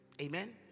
amen